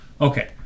Okay